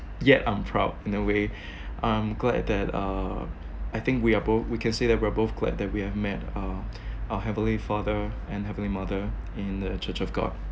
yet I'm proud in a way I'm glad that uh I think we are both we can say that we are both glad that we have met uh our heavenly father and heavenly mother in the church of god